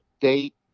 date